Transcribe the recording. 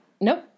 Nope